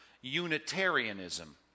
Unitarianism